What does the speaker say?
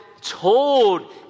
told